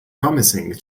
promising